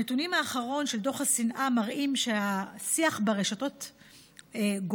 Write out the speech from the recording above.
הנתונים האחרונים של דוח השנאה מראים שהשיח ברשתות גובר,